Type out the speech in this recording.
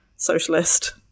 socialist